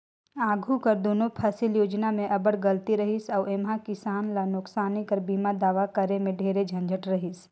आघु कर दुनो फसिल योजना में अब्बड़ गलती रहिस अउ एम्हां किसान ल नोसकानी कर बीमा दावा करे में ढेरे झंझट रहिस